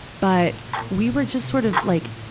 but, we were just sort of like,